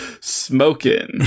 smoking